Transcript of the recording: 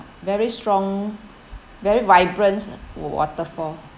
very strong very vibrant uh waterfall